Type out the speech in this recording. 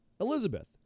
Elizabeth